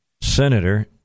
Senator